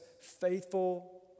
faithful